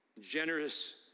Generous